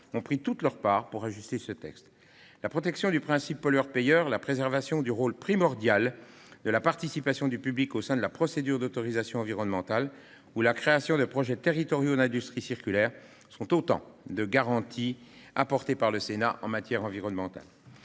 ont pris toute leur part pour ajuster ce texte. La protection du principe pollueur-payeur, la préservation du rôle primordial de la participation du public au sein de la procédure d'autorisation environnementale ou la création de projets territoriaux d'industrie circulaire sont autant de garanties apportées par le Sénat en matière environnementale.